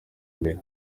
imbere